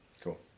Cool